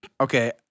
Okay